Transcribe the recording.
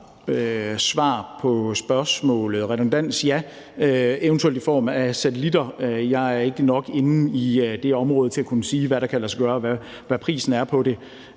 svar på spørgsmålet. Redundans? Ja, eventuelt i form af satellitter. Jeg er ikke nok inde i det område til at kunne sige, hvad der kan lade sig gøre, og hvad prisen er på det.